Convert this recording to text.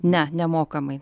ne nemokamai